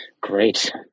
Great